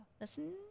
Listen